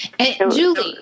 julie